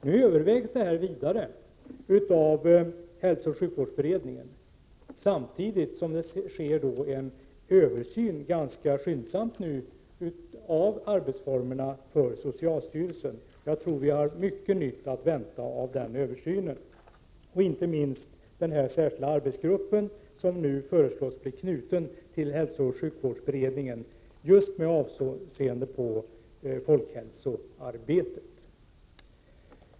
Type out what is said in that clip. Nu övervägs dessa frågor inom hälsooch sjukvårdsberedningen, samtidigt som det sker en ganska skyndsam översyn av socialstyrelsens arbetsformer. Jag tror att vi har mycket nytt att vänta av den översynen, inte minst av den särskilda arbetsgrupp som nu föreslås bli knuten till hälsooch sjukvårdsberedningen just med avseende på folkhälsoarbetet.